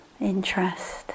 interest